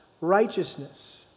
righteousness